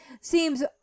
Seems